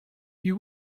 you